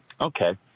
Okay